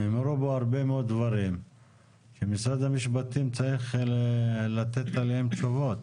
נאמרו פה הרבה דברים שמשרד המשפטים צריך לתת עליהם תשובות.